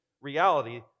reality